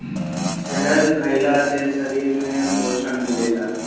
शहद खइला से शरीर में पोषण मिलेला